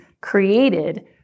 created